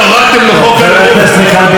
טוב, חברת הכנסת מיכל בירן, מספיק להיום.